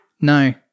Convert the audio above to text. No